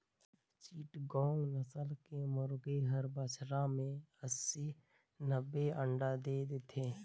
चिटगोंग नसल के मुरगी हर बच्छर में अस्सी, नब्बे अंडा दे देथे